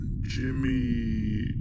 Jimmy